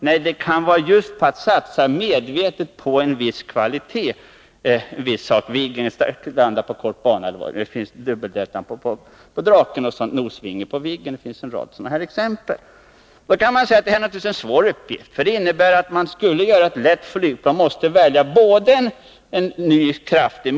Men poängen kan vara just att satsa medvetet på en viss kvalitet — för Viggen att den landar på kort bana, dubbeldeltavingen på Draken, nosvingen på Viggen osv. Det finns en rad sådana exempel. Man kan naturligtvis säga att det är en svår uppgift. Den innebär att man skall göra ett lätt flygplan. Då måste man välja en ny motor.